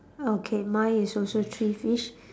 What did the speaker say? okay mine is also three fish